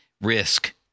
risk